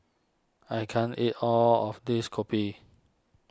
I can't eat all of this Kopi